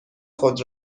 خود